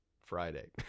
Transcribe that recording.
Friday